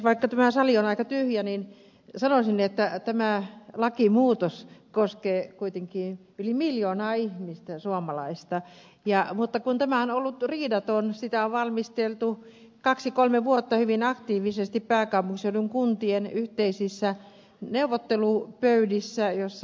vaikka tämä sali on aika tyhjä niin sanoisin että tämä lakimuutos koskee kuitenkin yli miljoonaa ihmistä suomalaista mutta kun tämä on ollut riidaton sitä on valmisteltu kaksi kolme vuotta hyvin aktiivisesti pääkaupunkiseudun kuntien yhteisissä neuvottelupöydissä joissa ed